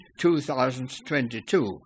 2022